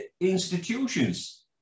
institutions